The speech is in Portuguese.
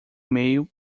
meio